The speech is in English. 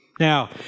Now